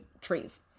trees